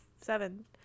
seven